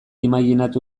imajinatu